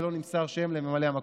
ולא נמסר שם לממלא המקום,